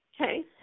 Okay